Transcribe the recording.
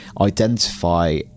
identify